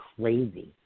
crazy